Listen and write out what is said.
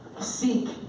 seek